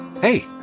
Hey